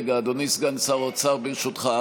רגע, אדוני סגן שר האוצר, ברשותך.